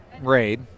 raid